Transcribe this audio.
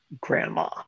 grandma